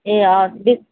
ए हवस् बिस